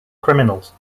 criminals